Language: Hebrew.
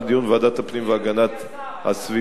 לדיון בוועדת הפנים והגנת הסביבה.